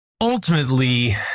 Ultimately